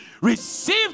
receive